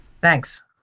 Thanks